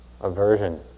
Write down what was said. aversion